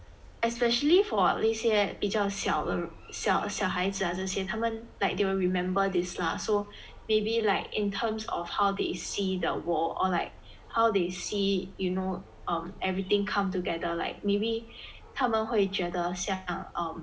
especially for 那些比较小的小小孩子这些他们 like they will remember this lah so maybe like in terms of how they see the war or like how they see you know um everything come together like maybe 他们会觉得像 um